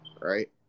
right